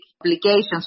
obligations